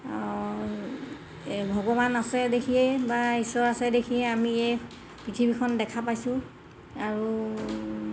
এই ভগৱান আছে দেখিয়ে বা ঈশ্বৰ আছে দেখিয়েই আমি এই পৃথিৱীখন দেখা পাইছোঁ আৰু